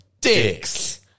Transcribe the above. Dicks